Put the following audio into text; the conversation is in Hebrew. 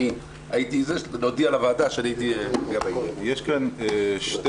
להודיע לוועדה שהייתי --- יש כאן שתי